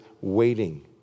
waiting